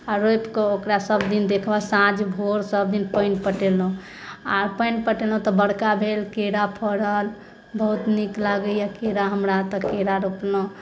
आ रोपिके ओकरा सब दिन देख भाल साँझ भोर सब दिन पानि पटेलहुँ आ पानि पटेलहुँ तऽ बड़का भेल केरा फरल बहुत नीक लागैया केरा हमरा तऽ केरा रोपलहुँ